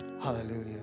Hallelujah